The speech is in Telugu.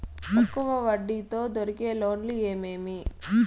తక్కువ వడ్డీ తో దొరికే లోన్లు ఏమేమీ?